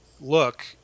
look